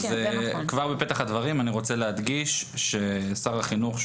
אז כבר בפתח הדברים אני רוצה להדגיש ששר החינוך,